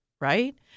right